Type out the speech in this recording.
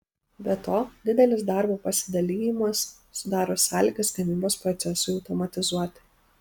be to didelis darbo pasidalijimas sudaro sąlygas gamybos procesui automatizuoti